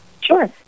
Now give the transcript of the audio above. Sure